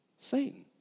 Satan